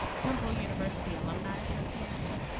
temple university alumni association.